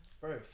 bro